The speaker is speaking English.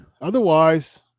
Otherwise